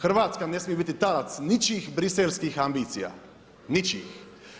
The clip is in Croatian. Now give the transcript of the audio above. Hrvatska ne smije biti talac ničijih briselskih ambicija, ničijih.